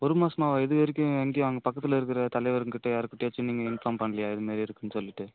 ஒரு மாசமாவாக இது வரைக்கும் எங்கேயும் அங்கே பக்கத்தில் இருக்கிற தலைவர்ங்ககிட்ட யாருக்கிட்டையாச்சும் நீங்கள் இன்ஃபார்ம் பண்லயா இதுமாரி இருக்குனு சொல்லிவிட்டு